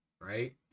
Right